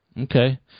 Okay